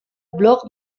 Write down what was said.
blog